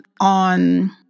on